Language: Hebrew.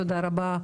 תודה רבה,